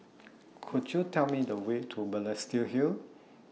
Could YOU Tell Me The Way to Balestier Hill